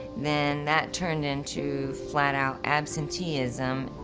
then that turned into flat out absenteeism.